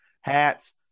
hats